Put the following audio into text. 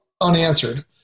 unanswered